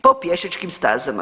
Po pješačkim stazama.